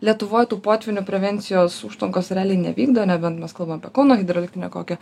lietuvoj tų potvynių prevencijos užtvankos realiai nevykdo nebent mes kalbam apie kauno hidroelektrinę kokią